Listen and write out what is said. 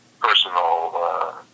personal